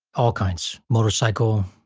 all kinds. motorcycle,